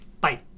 Bye